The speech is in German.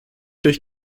durch